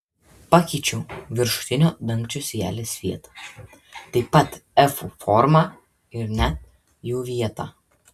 pakeičiau viršutinio dangčio sijelės vietą taip pat efų formą ir net jų vietą